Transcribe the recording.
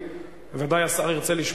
תועבר על-פי תקנון הכנסת לוועדת הכלכלה,